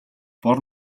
бор